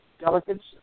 delegates